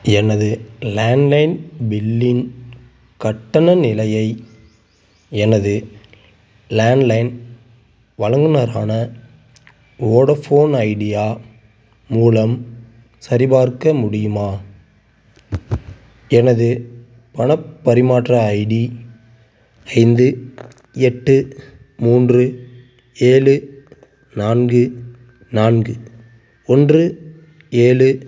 எனது லேண்ட்லைன் பில்லின் கட்டண நிலையை எனது லேண்ட்லைன் வழங்குநரான வோடஃபோன் ஐடியா மூலம் சரிபார்க்க முடியுமா எனது பணப் பரிமாற்ற ஐடி ஐந்து எட்டு மூன்று ஏழு நான்கு நான்கு ஒன்று ஏழு